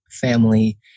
family